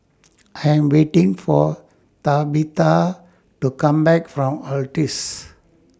I Am waiting For Tabetha to Come Back from Altez